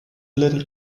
little